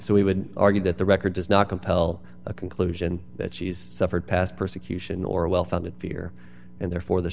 so we would argue that the record does not compel a conclusion that she's suffered past persecution or a well founded fear and therefore the